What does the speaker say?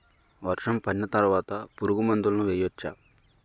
వర్షం పడిన తర్వాత పురుగు మందులను వేయచ్చా?